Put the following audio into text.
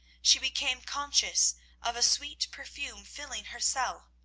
she became conscious of a sweet perfume filling her cell.